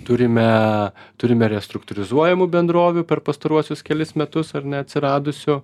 turime turime restruktūrizuojamų bendrovių per pastaruosius kelis metus ar ne atsiradusių